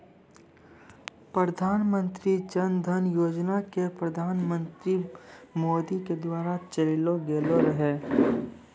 प्रधानमन्त्री जन धन योजना के प्रधानमन्त्री मोदी के द्वारा चलैलो गेलो रहै